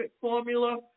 formula